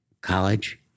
college